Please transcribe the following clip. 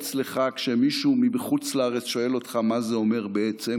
לך כשמישהו מחוץ לארץ שואל אותך מה זה אומר בעצם.